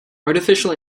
artificial